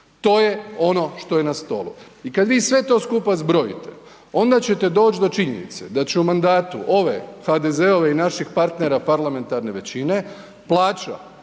To je ono što je na stolu. I kad vi sve to skupa zbrojite onda ćete doći do činjenice da će u mandatu ove HDZ-ove i naših partnera parlamentarne većine plaća